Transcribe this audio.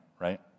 right